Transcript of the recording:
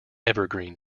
evergreen